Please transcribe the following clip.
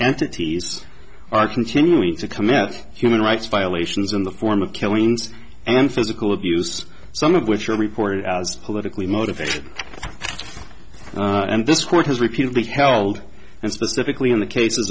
entities are continuing to commit human rights violations in the form of killings and physical abuse some of which are reported as politically motivated and this court has repeatedly held and specifically in the cases